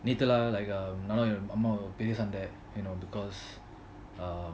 வீட்டுல:veetula like அம்மாவோட பெரிய சண்டை:ammvoda periya sanda you know because uh